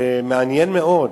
ומעניין מאוד,